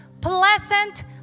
Pleasant